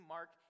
Mark